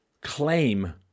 claim